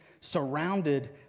surrounded